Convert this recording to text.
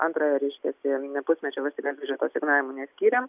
antra reiškiasi pusmečio valstybės biudžeto asignavimų neskyrėm